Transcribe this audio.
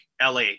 LA